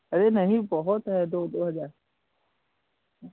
अरे नहीं बहुत है दो दो हज़ार